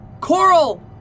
Coral